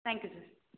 thank you sir